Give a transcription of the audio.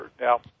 Now